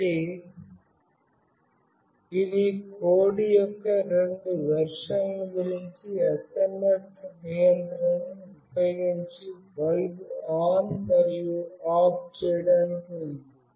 కాబట్టిఇది కోడ్ యొక్క రెండు వెర్షన్ల గురించి SMS నియంత్రణను ఉపయోగించి బల్బ్ ఆన్ మరియు ఆఫ్ చేయడానికి ఉంది